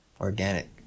organic